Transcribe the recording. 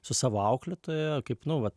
su savo auklėtoja kaip nu vat